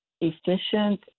efficient